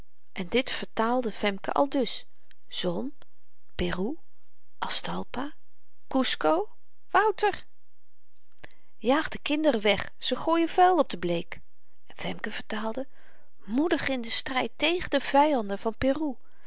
en dit vertaalde femke aldus zon peru aztalpa kusco wouter jaag de kinderen weg ze gooien vuil op de bleek femke vertaalde moedig in den stryd tegen de vyanden van peru